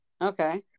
Okay